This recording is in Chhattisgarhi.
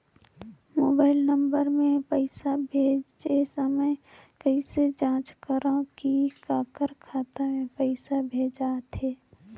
मोबाइल नम्बर मे पइसा भेजे समय कइसे जांच करव की काकर खाता मे पइसा भेजात हे?